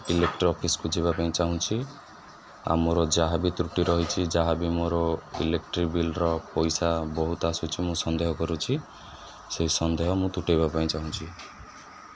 electric ଅଫିସ୍କୁ ଯିବା ପାଇଁ ଚାହୁଁଛି ଆଉ ମୋର ଯାହା ବି ତ୍ରୁଟି ରହିଛି ଯାହା ବିି ମୋର ଇଲେକ୍ଟ୍ରି ବିଲ୍ର ପଇସା ବହୁତ ଆସୁଛିି ମୁଁ ସନ୍ଦେହ କରୁଛି ସେଇ ସନ୍ଦେହ ମୁଁ ତୁଟେଇବା ପାଇଁ ଚାହୁଁଚି